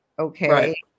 Okay